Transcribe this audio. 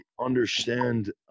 understand